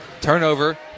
turnover